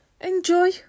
Enjoy